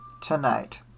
tonight